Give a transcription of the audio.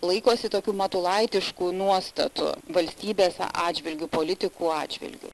laikosi tokių matulaitiškų nuostatų valstybės atžvilgiu politikų atžvilgiu